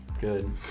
good